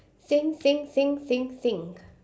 think think think think think